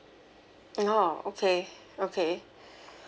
orh okay okay